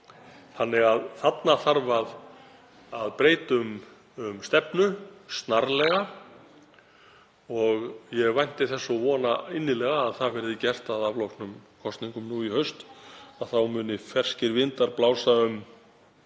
fjölgar. Þarna þarf að breyta um stefnu snarlega og ég vænti þess og vona innilega að það verði gert að afloknum kosningum í haust, að þá muni ferskir vindar blása um